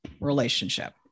relationship